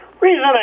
Reason